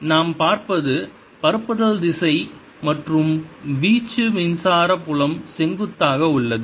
எனவே நாம் பார்ப்பது பரப்புதல் திசை மற்றும் வீச்சு மின்சார புலம் செங்குத்தாக உள்ளது